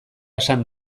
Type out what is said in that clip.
esan